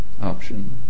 option